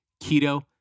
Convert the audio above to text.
keto